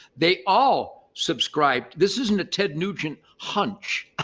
they all subscribe. this isn't a ted nugent hunch.